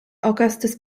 augustus